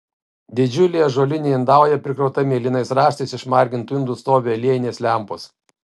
didžiulė ąžuolinė indauja prikrauta mėlynais raštais išmargintų indų stovi aliejinės lempos